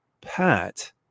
Pat